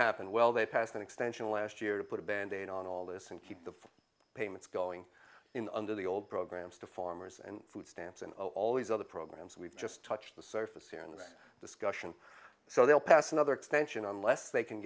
happen well they passed an extension last year to put a band aid on all this and keep the payments going in under the old programs to farmers and food stamps and always other programs we've just touched the surface in this discussion so they'll pass another extension on less they can